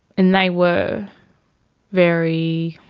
and they were very